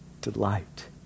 delight